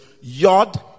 Yod